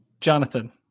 Jonathan